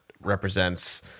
represents